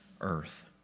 earth